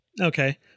okay